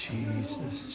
Jesus